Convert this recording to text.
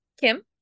Kim